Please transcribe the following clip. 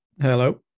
Hello